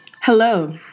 Hello